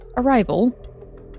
arrival